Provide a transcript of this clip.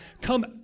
come